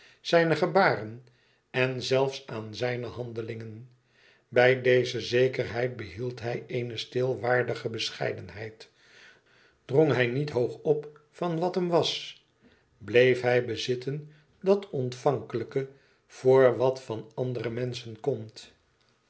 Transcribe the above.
zijne gebaren en zelfs aan zijne handelingen bij deze zekerheid behield hij eene stil waardige bescheidenheid drong hij niet hoog op wat van hem was bleef hij bezitten dat ontvankelijke voor wat van andere menschen komt